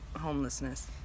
homelessness